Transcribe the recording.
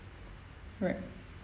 right